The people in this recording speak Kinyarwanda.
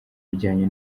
bijyanye